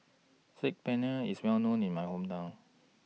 Saag Paneer IS Well known in My Hometown